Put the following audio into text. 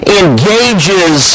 engages